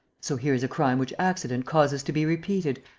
so here is a crime which accident causes to be repeated,